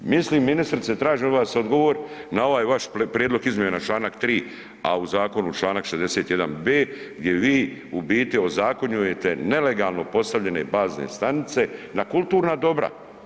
Mislim ministrice i tražim od vas odgovor na ovaj vaš prijedlog izmjena čl. 3., a u zakonu čl. 61.b gdje vi u biti ozakonjujete nelegalno postavljene bazne stanice na kulturna dobra.